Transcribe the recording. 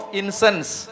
incense